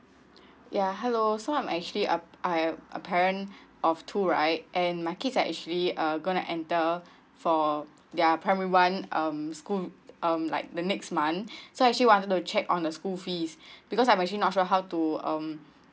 ya hello so I'm actually ar~ I am a parent of two right and my kids are actually uh gonna enter for their primary one um school um like the next month so actually want to check on the school fees because I'm actually not sure how to um